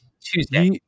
tuesday